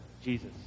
Jesus